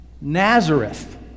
Nazareth